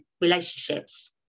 relationships